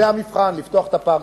זה המבחן: לפתוח את הפארקים.